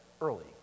early